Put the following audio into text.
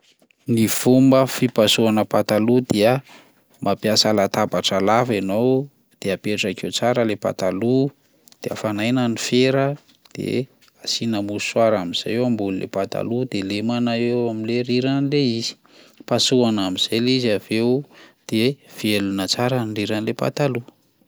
Ny fomba fipasohana pataloha dia mampiasa latabatra lava ianao dia apetraka eo tsara lay pataloha de afanaina ny fera, de asiana mosoara amin'izay eo ambonin'le pataloha de lemana eo amin'le riran'le izy, pasohana amin'izay le izy de velona tsara ny riran'lay pataloha.